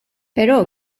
però